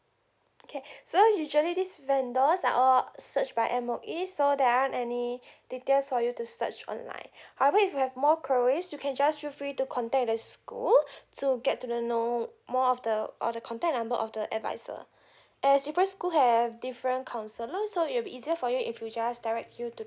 okay so usually this vendors are all search by M_O_E so they aren't any details for you to search online however if you have more queries you can just feel free to contact the school to get to the know more of the or the contact number of the advisor as different school have different counsellor so it will be easier for you if you just direct you to